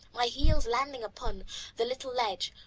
my heels landing upon the little ledge,